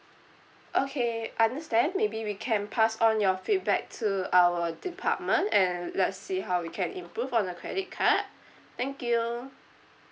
okay understand maybe we can pass on your feedback to our department and let's see how we can improve on the credit card thank you